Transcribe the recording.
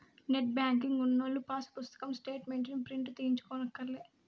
net banking ఉన్నోల్లు pass పుస్తకం స్టేటు మెంట్లుని ప్రింటు తీయించుకోనక్కర్లే